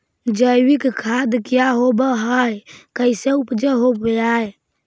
जैविक खाद क्या होब हाय कैसे उपज हो ब्हाय?